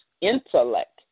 intellect